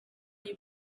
you